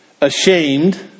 Ashamed